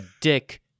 dick